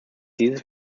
dieses